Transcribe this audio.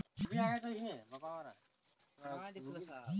stock brokerage হচ্যে ইমন একট পধতি যেটতে বোরকাররা ইসটক বেঁচে আর কেলে